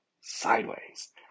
Sideways